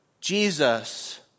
Jesus